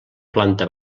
planta